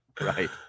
right